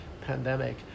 pandemic